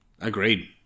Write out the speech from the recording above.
Agreed